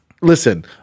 listen